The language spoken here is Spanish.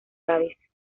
davis